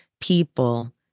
people